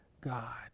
God